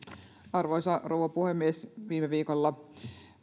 arvoisa rouva puhemies viime viikolla